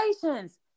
congratulations